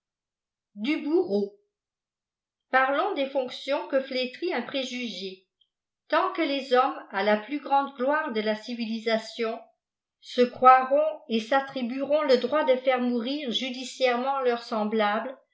du bourreau parlons des fonctions que flétrit un préjugé tant que les hoéima à la plus grande gloire de la civilisation se croiront et s'attelbueront le droit de faire mourir judiciairement leurs semblables